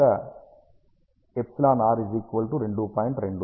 2